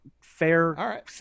fair